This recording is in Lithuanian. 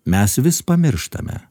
mes vis pamirštame